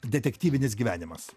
detektyvinis gyvenimas